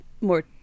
more